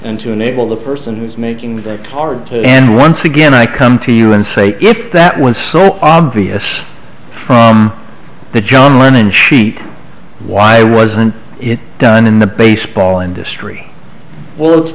and to enable the person who is making with a torrent and once again i come to you and say if that was so obvious from the john lennon sheet why wasn't it done in the baseball industry well it's